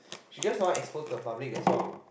she just don't want to expose to the public that's all